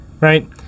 Right